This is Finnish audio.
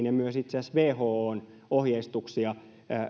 ja myös itse asiassa whon ohjeistuksia